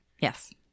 Yes